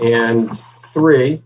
and three